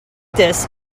this